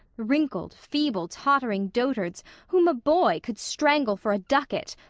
wrinkled, feeble, tottering dotards whom a boy could strangle for a ducat,